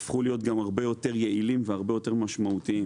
הפכו להיות גם הרבה יותר יעילים והרבה יותר משמעותיים.